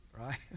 right